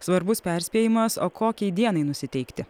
svarbus perspėjimas o kokiai dienai nusiteikti